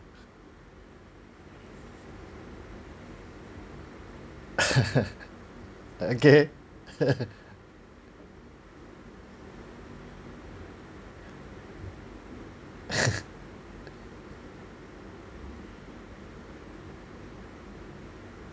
okay